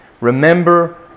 remember